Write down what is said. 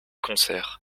concerts